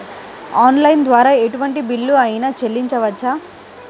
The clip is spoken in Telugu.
ఆన్లైన్ ద్వారా ఎటువంటి బిల్లు అయినా చెల్లించవచ్చా?